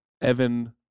Evan